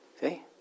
See